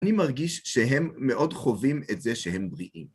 אני מרגיש שהם מאוד חווים את זה שהם בריאים.